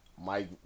Mike